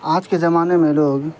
آج کے زمانے میں لوگ